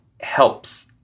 helps